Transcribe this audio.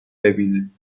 ببینیم